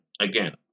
again